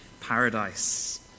paradise